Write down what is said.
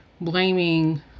Blaming